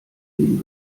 den